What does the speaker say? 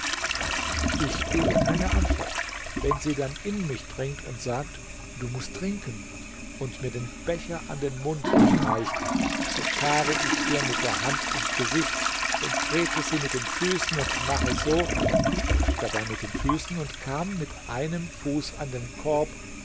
ich gebe keine antwort wenn sie dann in mich dringt und sagt du mußt trinken und mir den becher an den mund hinreicht da fahre ich ihr mit der hand ins gesicht und trete sie mit den füßen und mache so er stampfte dabei mit den füßen und kam mit einem fuß an den korb